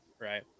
right